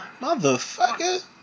Motherfucker